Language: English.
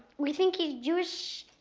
we think he's jewish,